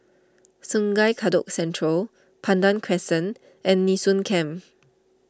Sungei Kadut Central Pandan Crescent and Nee Soon Camp